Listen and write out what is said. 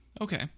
Okay